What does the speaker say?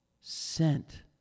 sent